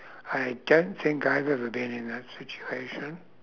I don't think I've ever been in that situation